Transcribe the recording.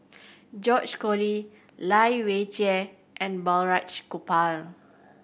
George Collyer Lai Weijie and Balraj Gopal